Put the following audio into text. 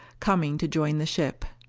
coming to join the ship.